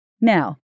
Now